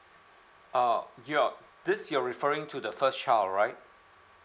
oh you're this you're referring to the first child right